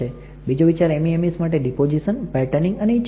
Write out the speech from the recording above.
બીજો વિચાર MEMS માટે ડીપોઝીશન પેટર્નિંગ અને ઇચિંગ છે